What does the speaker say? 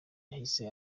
yahise